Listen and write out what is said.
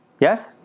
Yes